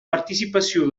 participació